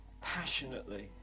passionately